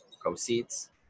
proceeds